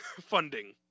funding